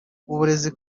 uburezi